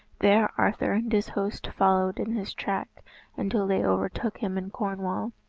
there arthur and his host followed in his track until they overtook him in cornwall.